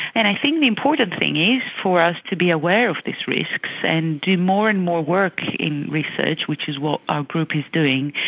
and i think the important thing is for us to be aware of these risks and do more and more work in research, which is what our group is doing,